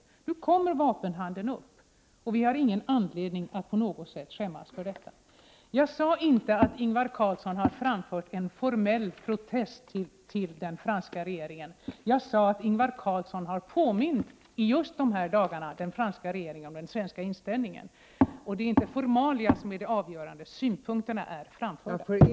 Nu kommer frågan om en granskning av vapenhandeln upp till behandling i FN, och vi har ingen anledning att på något sätt skämmas för detta. Jag sade inte att Ingvar Carlsson har framfört en formell protest till den franska regeringen. Jag sade att Ingvar Carlsson just i dessa dagar påmint den franska regeringen om den svenska inställningen. Det är inte formalia som är det avgörande, som jag ser det. Synpunkterna är framförda.